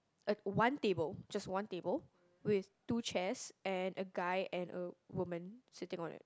a one table just one table with two chairs and a guy and a woman sitting on it